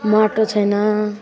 माटो छैन